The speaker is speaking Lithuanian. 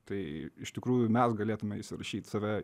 tai iš tikrųjų mes galėtume įsirašyt save